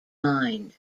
mind